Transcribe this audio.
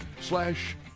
Slash